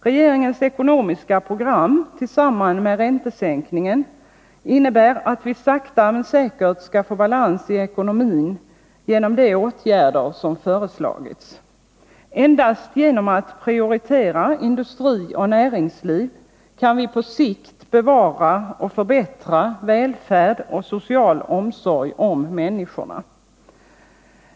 Regeringens ekonomiska program tillsammans med räntesänkningen innebär att vi sakta men säkert skall få balans i ekonomin genom de åtgärder som föreslagits. Endast genom att prioritera industri och näringsliv kan vi på sikt bevara och förbättra välfärd och social omsorg om människorna.